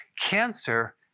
Cancer